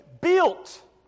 built